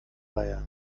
reihe